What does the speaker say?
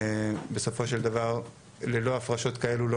ובסופו של דבר ללא הפרשות כאלו לא